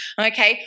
okay